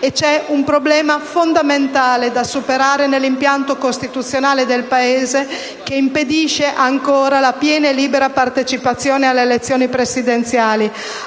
e c'è un problema fondamentale da superare nell'impianto costituzionale del Paese che impedisce ancora la piena e libera partecipazione alle elezioni presidenziali.